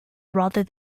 rather